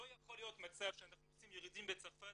לא יכול להיות מצב שאנחנו עושים ירידים בצרפת